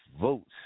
votes